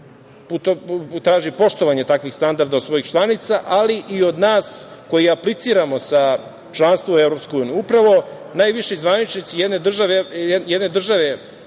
traži poštovanje takvih standarda od svojih članica, ali i od nas koji apliciramo za članstvo u EU. Upravo najviši zvaničnici jedne države